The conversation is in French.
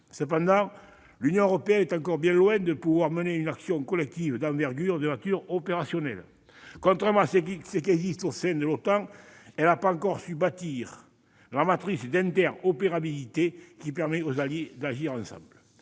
Cependant, l'Union européenne est encore bien loin de pouvoir mener une action collective d'envergure de nature opérationnelle. Contrairement à l'OTAN, elle n'a pas encore su bâtir la matrice d'interopérabilité qui permet aux alliés d'agir ensemble.